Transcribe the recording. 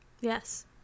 Yes